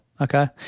Okay